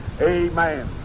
Amen